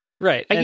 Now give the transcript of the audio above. right